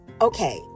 okay